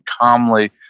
calmly